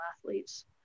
athletes